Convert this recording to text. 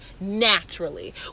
naturally